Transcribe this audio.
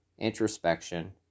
Introspection